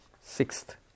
sixth